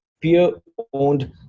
Peer-owned